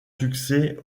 succès